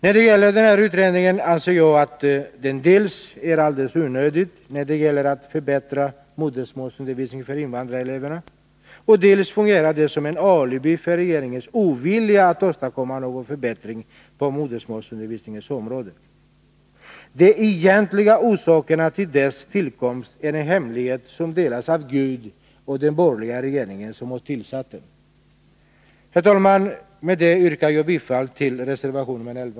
Jag anser att denna utredning dels är alldeles onödig när det gäller att förbättra modersmålsundervisningen för invandrareleverna, dels fungerar den som ett alibi för regeringens ovilja att åstadkomma någon förbättring på modersmålsundervisningens område. De egentliga orsakerna till dess tillkomst är en hemlighet som delas av Gud och den borgerliga regering som har tillsatt den. Herr talman! Med detta yrkar jag bifall till reservation 11.